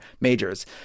majors